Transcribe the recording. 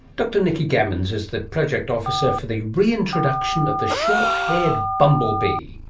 dr nikki gammans is the project officer for the reintroduction of the short-haired bumblebee